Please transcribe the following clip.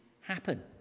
happen